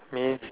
means